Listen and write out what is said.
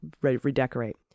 redecorate